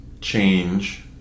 change